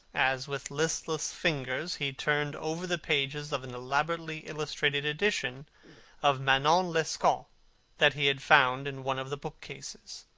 as with listless fingers he turned over the pages of an elaborately illustrated edition of manon lescaut that he had found in one of the book-cases.